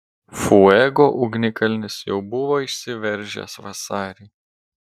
fuego ugnikalnis jau buvo išsiveržęs vasarį